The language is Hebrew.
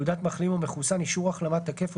"תעודת מחלים או מחוסן" אישור החלמה תקף או